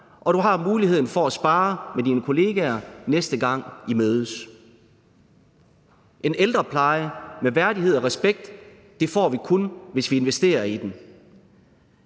og du har muligheden for at sparre med dine kollegaer, næste gang I mødes. En ældrepleje med værdighed og respekt får vi kun, hvis vi investerer i den.